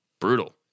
Brutal